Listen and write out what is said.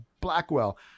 Blackwell